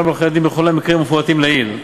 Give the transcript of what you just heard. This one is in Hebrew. לעורכי-דין בכל המקרים המפורטים לעיל.